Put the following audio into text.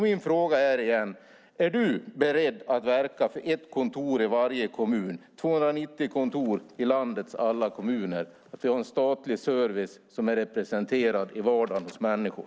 Min fråga är igen: Är du beredd att verka för ett kontor i varje kommun, det vill säga 290 kontor i landets alla kommuner, och för att vi har en statlig service som är representerad i vardagen hos människor?